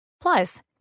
Plus